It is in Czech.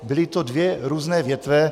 Byly to dvě různé větve.